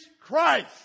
Christ